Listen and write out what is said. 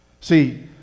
see